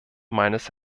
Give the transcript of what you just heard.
meines